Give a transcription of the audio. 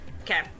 okay